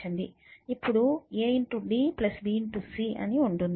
ఇప్పుడు a × d b × c ఉంటుంది